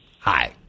Hi